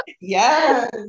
yes